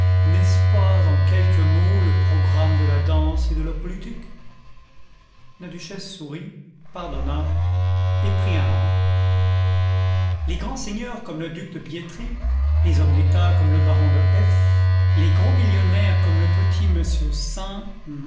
n'est-ce pas en quelques mots le programme de la danse et de la politique content from google book search generated at la duchesse sourit pardonna et prit un amant les grands seigneurs comme le duc de biétry les hommes d'état comme le baron de f les gros millionnaires comme le petit m